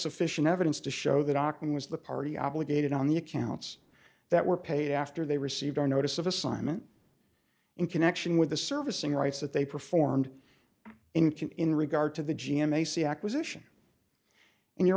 sufficient evidence to show that hakim was the party obligated on the accounts that were paid after they received our notice of assignment in connection with the servicing rights that they performed in can in regard to the g m a c acquisition and you